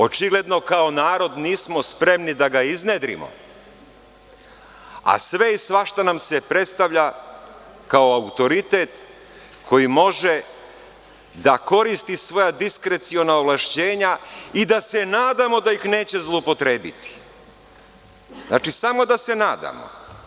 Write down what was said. Očigledno kao narod nismo spremni da ga iznedrimo, a sve i svašta nam se predstavlja kao autoritet koji može da koristi svoja diskreciona ovlašćenja i da se nadamo da ih neće zloupotrebiti, znači, samo da se nadamo.